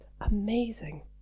amazing